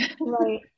Right